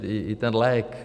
I ten lék.